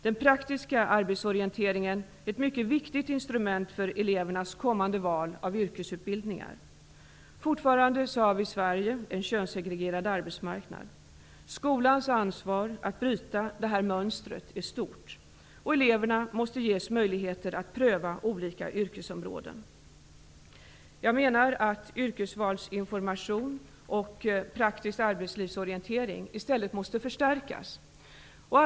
Den praktiska arbetsorienteringen är ett mycket viktigt instrument för elevernas kommande val av yrkesutbildningar. Fortfarande har vi i Sverige en könssegregerad arbetsmarknad. Skolans ansvar att bryta detta mönster är stort. Eleverna måste ges möjligheter att pröva olika yrkesområden. Jag menar att yrkesvalsinformation och praktisk arbetslivsorientering i stället måste utökas.